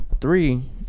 three